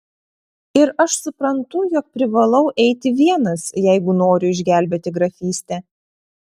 ir aš suprantu jog privalau eiti vienas jeigu noriu išgelbėti grafystę